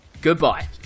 goodbye